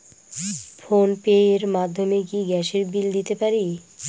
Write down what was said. Phone pay র মাধ্যমে কি গ্যাসের বিল দিতে পারি?